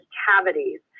cavities